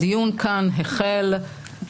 הדיון כאן לא הסתיים.